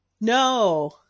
no